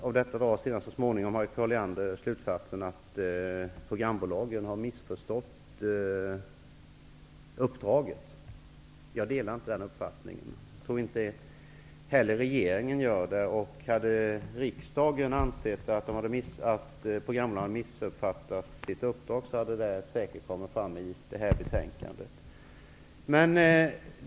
Av detta drar Harriet Colliander slutsatsen att programbolagen har missförstått sitt uppdrag. Jag delar inte denna uppfattning. Det torde inte heller regeringen göra. Hade riksdagen ansett att programbolagen missuppfattat sitt uppdrag, hade det säkert kommit fram i detta betänkande.